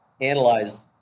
analyze